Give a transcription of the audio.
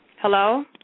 Hello